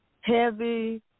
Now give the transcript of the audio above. heavy